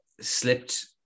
slipped